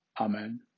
Amen